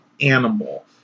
animal